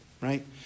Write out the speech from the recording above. right